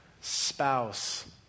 spouse